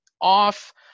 off